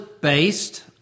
based